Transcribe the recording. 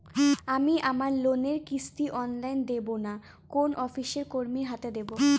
আমি আমার লোনের কিস্তি অনলাইন দেবো না কোনো অফিসের কর্মীর হাতে দেবো?